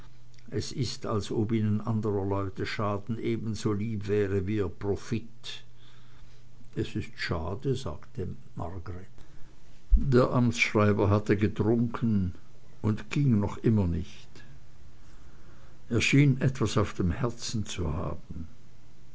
es ist als ob ihnen andrer leute schaden ebenso lieb wäre wie ihr profit es ist schade sagte margreth der amtsschreiber hatte getrunken und ging noch immer nicht er schien etwas auf dem herzen zu haben